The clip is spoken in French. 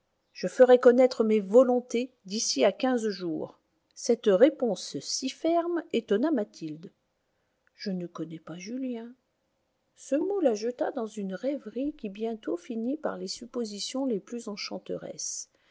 je ferai connaître mes volontés d'ici à quinze jours cette réponse si ferme étonna mathilde je ne connais pas julien ce mot la jeta dans une rêverie qui bientôt finit par les suppositions les plus enchanteresses